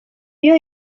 iyo